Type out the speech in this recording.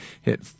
hit